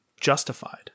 justified